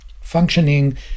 functioning